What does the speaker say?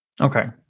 Okay